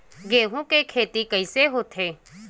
गेहूं के खेती कइसे होथे?